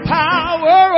power